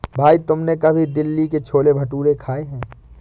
भाई तुमने कभी दिल्ली के छोले भटूरे खाए हैं?